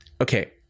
okay